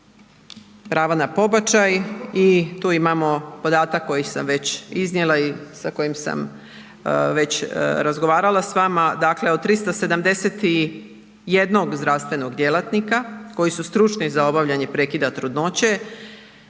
prava na pobačaj i tu imamo podatak koji sam već iznijela i sa kojim sam već razgovarala s vama. Dakle, od 371 zdravstvenog djelatnika koji su struni za obavljanje prekida trudnoće